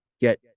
get